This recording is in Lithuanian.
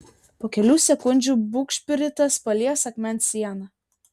po kelių sekundžių bugšpritas palies akmens sieną